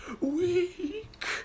weak